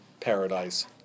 paradise